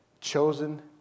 Chosen